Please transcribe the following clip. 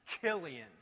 Killian